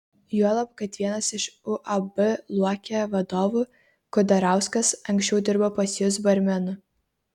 juolab kad vienas iš uab luokė vadovų kudarauskas anksčiau dirbo pas jus barmenu